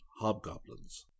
hobgoblins